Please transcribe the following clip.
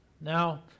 Now